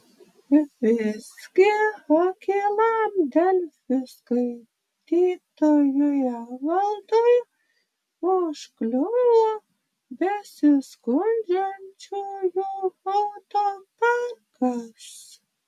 visgi akylam delfi skaitytojui evaldui užkliuvo besiskundžiančiųjų autoparkas